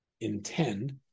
intend